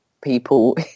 people